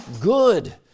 Good